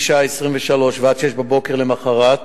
משעה 23:00 ועד 06:00 בבוקר למחרת,